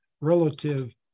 relative